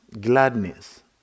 gladness